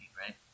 right